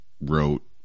wrote